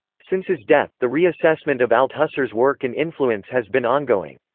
since his death, the reassessment of althusser's work and influence has been ongoing.